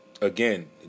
again